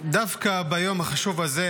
דווקא ביום החשוב הזה